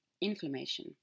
inflammation